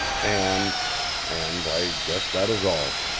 and and i guess that is all!